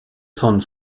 von